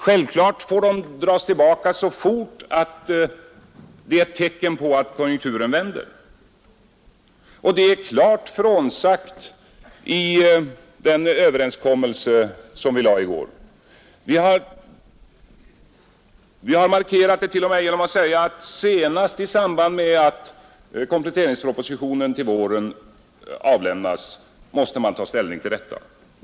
Självfallet får de dras tillbaka så fort vi ser tecken på att konjunkturen vänder — det är klart frånsagt i den överenskommelse som vi presenterade i går. Vi har markerat det t.o.m. genom att säga, att man måste ta ställning till detta senast i samband med att kompletteringspropositionen i vår avlämnas.